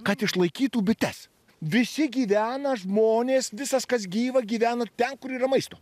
kad išlaikytų bites visi gyvena žmonės visas kas gyva gyvena ten kur yra maisto